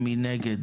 הצבעה סעיפים 29,